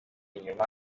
inyuma